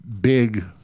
big